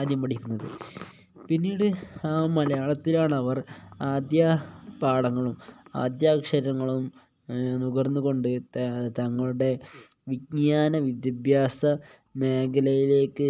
ആദ്യം പഠിക്കുന്നത് പിന്നീട് ആ മലയാളത്തിലാണ് അവർ ആദ്യ പാഠങ്ങളും ആദ്യക്ഷരങ്ങളും നുകർന്നുകൊണ്ടു തങ്ങളുടെ വിജ്ഞാന വിദ്യാഭ്യാസ മേഖലയിലേക്കു